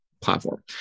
platform